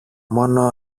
μόνο